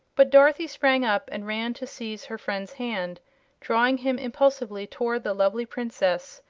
but dorothy sprang up and ran to seize her friend's hand drawing him impulsively toward the lovely princess,